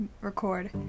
record